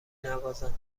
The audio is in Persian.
نوازم